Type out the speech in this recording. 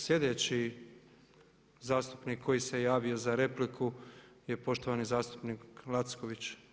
Sljedeći zastupnik koji se javio za repliku je poštovani zastupnik Lacković.